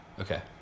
Okay